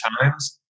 times